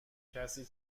کسی